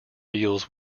deals